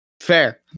Fair